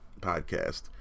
podcast